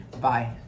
Bye